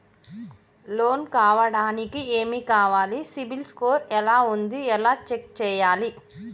Loan కావడానికి ఏమి కావాలి సిబిల్ స్కోర్ ఎలా ఉంది ఎలా చెక్ చేయాలి?